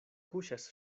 kuŝas